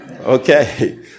Okay